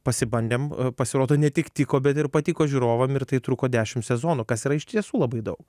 pasibandėm pasirodo ne tik tiko bet ir patiko žiūrovam ir tai truko dešim sezonų kas yra iš tiesų labai daug